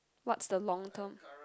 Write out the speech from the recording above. what's the long term